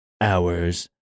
hours